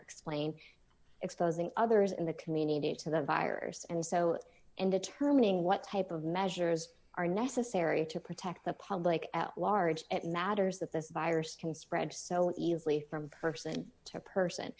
explained exposing others in the community to the virus and so in determining what type of measures are necessary to protect the public at large at matters that this virus can spread so easily from person to person